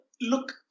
look